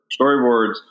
storyboards